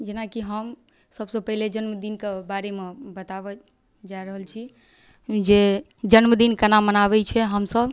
जेनाकि हम सबसँ पहिले जन्मदिनके बारेमे बताबऽ जा रहल छी जे जन्मदिन केना मनाबै छियै हमसब